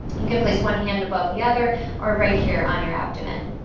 and can place one hand above the other or right here on your abdomen,